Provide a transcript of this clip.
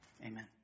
Amen